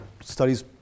studies